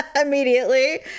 Immediately